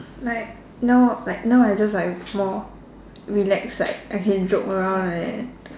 like now like now I just like more relax like I can joke around like that